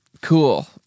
cool